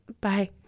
Bye